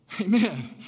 Amen